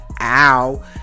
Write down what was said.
ow